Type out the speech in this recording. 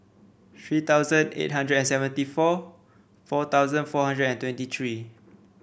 three thousand eight hundred and seventy four four thousand four hundred and twenty three